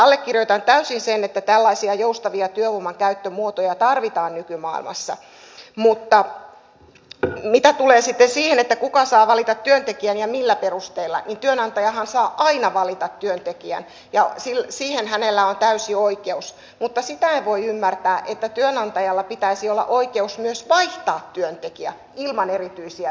allekirjoitan täysin sen että tällaisia joustavia työvoiman käyttömuotoja tarvitaan nykymaailmassa mutta mitä tulee sitten siihen kuka saa valita työntekijän ja millä perusteella niin työnantajahan saa aina valita työntekijän ja siihen hänellä on täysi oikeus mutta sitä en voi ymmärtää että työnantajalla pitäisi olla oikeus myös vaihtaa työntekijä ilman erityisiä perusteita